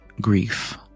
Grief